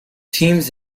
teams